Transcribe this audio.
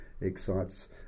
excites